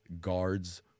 guards